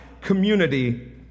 community